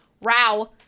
row